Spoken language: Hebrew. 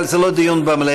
אבל זה לא דיון במליאה.